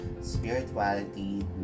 spirituality